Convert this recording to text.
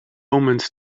omens